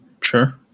sure